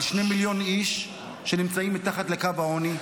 על שני מיליון איש שנמצאים מתחת לקו העוני.